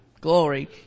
Glory